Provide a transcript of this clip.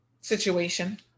situation